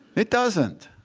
it doesn't.